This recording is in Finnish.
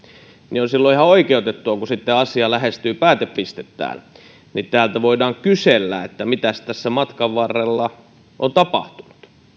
on ihan oikeutettua että kun sitten asia lähestyy päätepistettään niin täältä voidaan kysellä mitäs tässä matkan varrella on tapahtunut siitähän